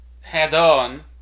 head-on